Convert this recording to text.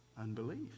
unbelief